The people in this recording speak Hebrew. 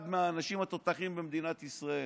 אחד מהאנשים התותחים במדינת ישראל.